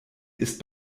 ist